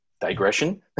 digression